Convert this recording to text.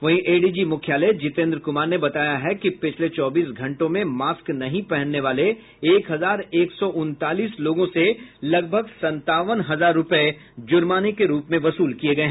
वहीं एडीजी मुख्यालय जितेन्द्र कुमार ने बताया कि पिछले चौबीस घंटों में मास्क नहीं पहनने वाले एक हजार एक सौ उनतालीस लोगों से लगभग संतावन हजार रूपये जुर्माने के रूप में वसूल किये गये